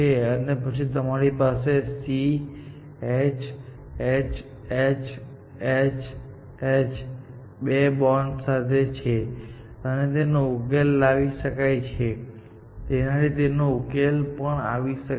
અને પછી તમારી પાસે C H H H H H બે બોન્ડ સાથે છે અને તેનો ઉકેલ લાવી શકાય છે અને તેનાથી તેનો ઉકેલ પણ આવી શકે છે